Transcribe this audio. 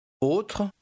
Autre